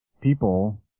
people